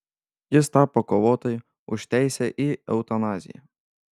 jis tapo kovotoju už teisę į eutanaziją